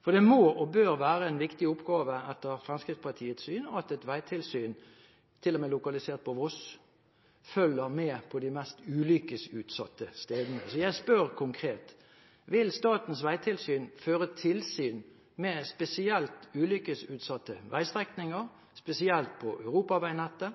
for det må og bør være en viktig oppgave, etter Fremskrittspartiets syn, at et veitilsyn, til og med lokalisert på Voss, følger med på de mest ulykkesutsatte stedene. Jeg spør konkret: Vil Vegtilsynet føre tilsyn med spesielt ulykkesutsatte veistrekninger, spesielt på europaveinettet?